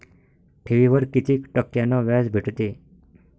ठेवीवर कितीक टक्क्यान व्याज भेटते?